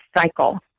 cycle